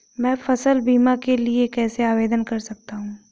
मैं फसल बीमा के लिए कैसे आवेदन कर सकता हूँ?